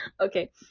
okay